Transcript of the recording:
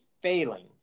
failing